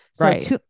right